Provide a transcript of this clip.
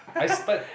I spend